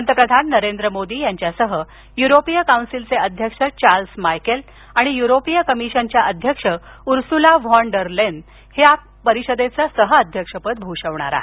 पंतप्रधान नरेंद्र मोदी यांच्यासह युरोपीय कौन्सिलचे अध्यक्ष चार्लस मायकेल आणि युरोपीय कमिशनच्या अध्यक्ष उर्सुला व्हॉन डर लेन हे परिषदेचं सहअध्यक्षपद भूषवणार आहेत